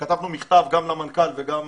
שכתב במכתב גם למנכ"ל וגם